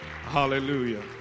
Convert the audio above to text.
Hallelujah